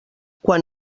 quan